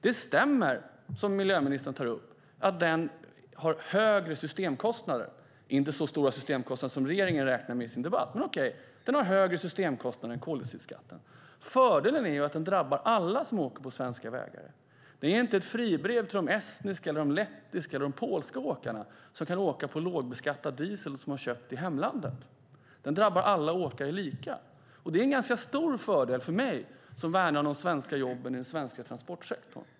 Det stämmer, som miljöministern säger, att den har högre systemkostnader. Den har inte så stora systemkostnader som regeringen räknar med i sin debatt, men den har högre systemkostnader än koldioxidskatten. Fördelen är att den drabbar alla som åker på svenska vägar. Den ger inte fribrev till de estniska, lettiska eller polska åkarna som kan köra på lågbeskattad diesel som de har köpt i hemlandet. Den drabbar alla åkare lika. Det är en ganska stor fördel för mig som värnar de svenska jobben i den svenska transportsektorn.